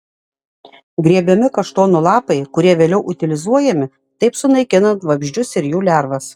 grėbiami kaštonų lapai kurie vėliau utilizuojami taip sunaikinant vabzdžius ir jų lervas